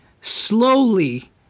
slowly